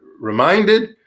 reminded